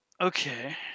Okay